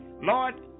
Lord